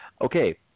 okay